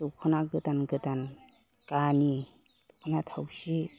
दखना गोदान गोदान गानो दखना थावसि